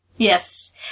Yes